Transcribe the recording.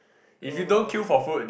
no lor